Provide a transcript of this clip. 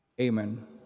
Amen